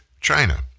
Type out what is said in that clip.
China